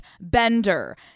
bender